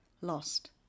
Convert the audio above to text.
lost